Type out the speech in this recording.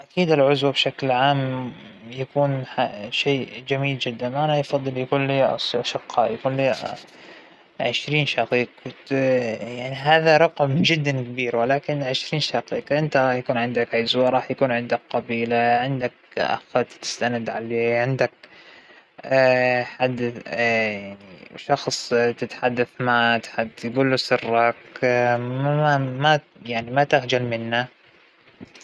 ال- الأخوة فى العموم غز وقوة، ف لا مأبى أكون وحيد، مأبى أبدا ما اختار عمرى أكون وحيدة، ترى أخوانى هم نور عيونى، السند الظهر القوة دايماً بوجود الأخوان، اللى عنده اخ ما ما بيطيح ما بي بيحصل دايماً اللى يسنده عكس اللى ما عنده.